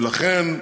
ולכן,